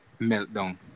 meltdown